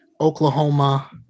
Oklahoma